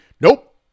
nope